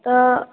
तऽ